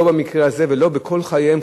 לא במקרה הזה ולא בכל חייהם,